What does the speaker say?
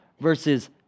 versus